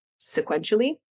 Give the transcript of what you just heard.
sequentially